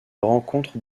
rencontre